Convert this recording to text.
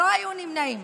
לא היו נמנעים,